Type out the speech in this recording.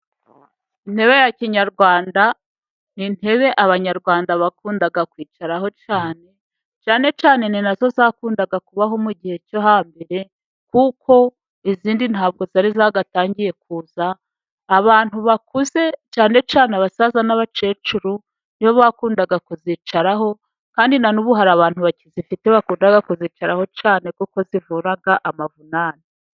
Intebe ya kinyarwanda，ni intebe abanyarwanda bakundaga kwicaraho cyane， cyane cyane ni nazo zakundaga kubaho mu gihe cyo hambere， kuko izindi ntago zari zagatangiye kuza， abantu bakuze cyane cyane abasaza n'abakecuru， nibo bakundaga kuzicaraho， kandi na n'ubu hari abantu bakizifite， bakunda kuzicaraho cyane, kuko zivura amavunane.